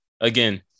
Again